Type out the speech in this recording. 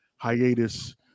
Hiatus